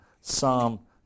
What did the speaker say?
Psalm